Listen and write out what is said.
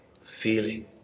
feeling